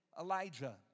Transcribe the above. Elijah